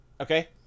Okay